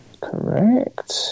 Correct